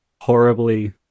horribly